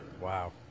Wow